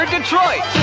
Detroit